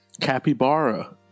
Capybara